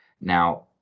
Now